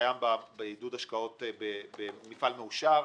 שקיים בעידוד השקעות במפעל מאושר.